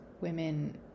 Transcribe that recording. women